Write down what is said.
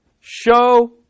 Show